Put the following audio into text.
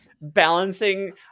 balancing